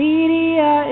Media